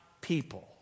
people